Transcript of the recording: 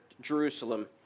Jerusalem